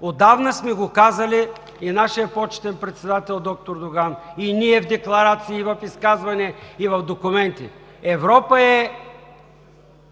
Отдавна сме го казали – и нашият почетен председател доктор Доган, и ние в декларации, в изказвания и в документи, че Европа е